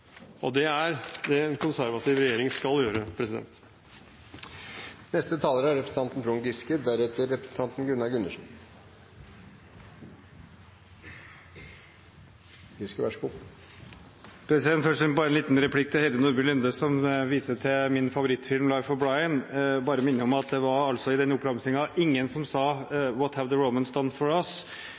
Det er det en konservativ regjering skal gjøre. Først bare en liten replikk til Heidi Nordby Lunde, som viser til min favorittfilm «Life of Brian». Jeg bare minner om at i oppramsingen i «What have the Romans done for us?» var det ingen som sa